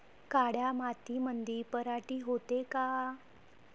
काळ्या मातीमंदी पराटी होते का?